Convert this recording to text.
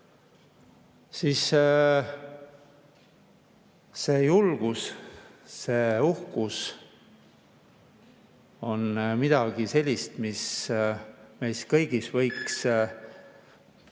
See julgus, see uhkus on midagi sellist, mis meis kõigis võiks südames